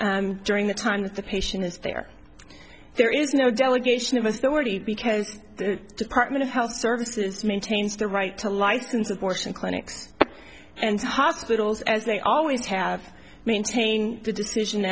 facility during the time that the patient is there there is no delegation of authority because the department of health services maintains the right to license abortion clinics and hospitals as they always have maintained the decision